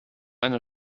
einer